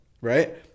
right